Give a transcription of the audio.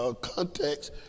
context